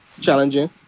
challenging